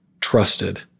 trusted